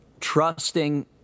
trusting